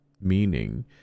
meaning